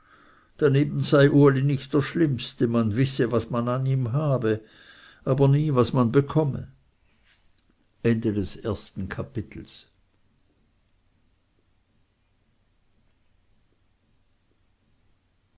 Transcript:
daneben sei uli nicht der schlimmste man wisse was man an ihm habe aber nie was man bekomme zweites kapitel